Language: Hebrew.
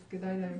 אז כדאי להם